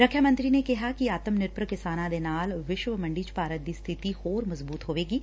ਰੱਖਿਆ ਮੰਤਰੀ ਨੇ ਕਿਹਾ ਕਿ ਆਤਮ ਨਿਰਭਰ ਕਿਸਾਨਾਂ ਦੇ ਨਾਲ ਵਿਸ਼ਵ ਮੰਡੀ ਚ ਭਾਰਤ ਦੀ ਸਬਿਤੀ ਹੋਰ ਮਜ਼ਬੁਤ ਹੋਏਗੀ